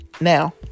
Now